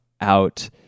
out